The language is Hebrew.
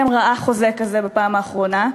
מי מכם ראה חוזה כזה בפעם האחרונה?